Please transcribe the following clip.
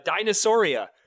Dinosauria